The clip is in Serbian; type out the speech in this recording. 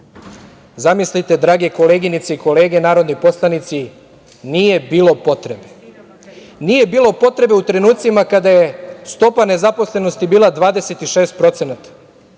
Zamislite, drage koleginice i kolege narodni poslanici, nije bilo potrebe. Nije bilo potrebe u trenucima kada je stopa nezaposlenosti bila 26%!